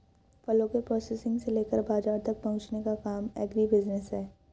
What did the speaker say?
फलों के प्रोसेसिंग से लेकर बाजार तक पहुंचने का काम एग्रीबिजनेस है